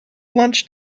lunch